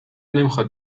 نمیخاد